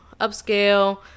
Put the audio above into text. upscale